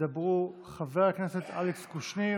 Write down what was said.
חבר הכנסת אלכס קושניר,